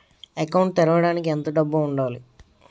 Account తెరవడానికి ఎంత డబ్బు ఉండాలి?